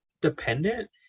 dependent